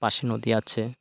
পাশে নদী আছে